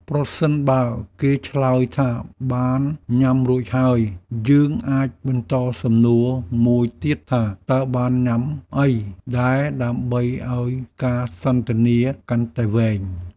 ប្រសិនបើគេឆ្លើយថាបានញ៉ាំរួចហើយ យើងអាចបន្តសំណួរមួយទៀតថាតើបានញ៉ាំអីដែរដើម្បីឱ្យការសន្ទនាកាន់តែវែង។